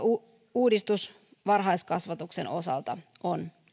uudistus varhaiskasvatuksen osalta on